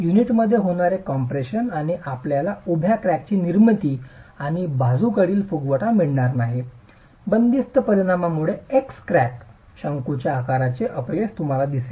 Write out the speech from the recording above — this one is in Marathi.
युनिटमध्ये होणारे कॉम्प्रेशन आणि आपल्याला या उभ्या क्रॅकची निर्मिती आणि बाजूकडील फुगवटा मिळणार नाही बंदिस्त परिणामामुळे एक्स क्रॅक शंकूच्या आकाराचे अपयश तुम्हाला दिसेल